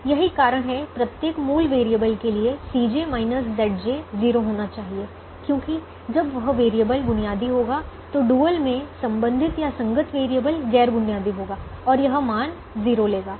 यही कारण है कि प्रत्येक मूल वैरिएबल के लिए 0 होना चाहिए क्योंकि जब वह वैरिएबल बुनियादी होगा तो डुअल में संबंधित या संगत वैरिएबल गैर बुनियादी होगा और यह मान 0 लेगा